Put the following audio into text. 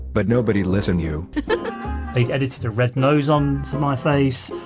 but nobody listen you they edited a red nose onto my face,